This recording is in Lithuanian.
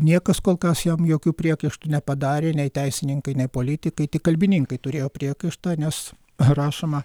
niekas kol kas jam jokių priekaištų nepadarė nei teisininkai nei politikai tik kalbininkai turėjo priekaištą nes rašoma